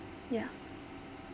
yeah